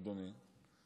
אדוני?